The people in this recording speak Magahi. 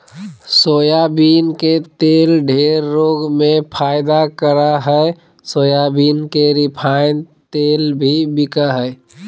सोयाबीन के तेल ढेर रोग में फायदा करा हइ सोयाबीन के रिफाइन तेल भी बिका हइ